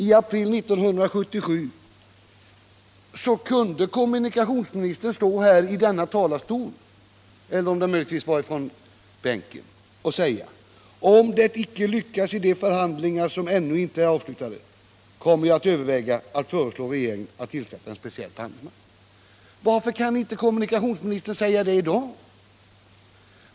I april 1977 kunde kommunikationsministern stå här i denna talarstol, eller om det möjligtvis var i statsrådsbänken, och säga: ”Om det inte lyckas i de förhandlingar som ännu inte är avslutade, kommer jag att överväga att föreslå regeringen att tillsätta en speciell förhandlingsman.” Varför kan inte kommunikationsministern säga det i dag?